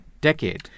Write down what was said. decade